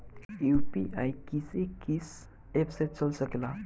UPI किस्से कीस app से चल सकेला?